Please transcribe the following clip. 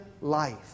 life